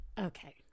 Okay